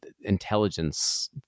intelligence